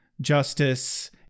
justice